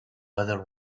other